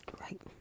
right